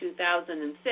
2006